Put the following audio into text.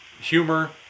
humor